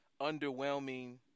underwhelming